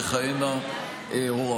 ועוד כהנה וכהנה הוראות.